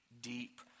deep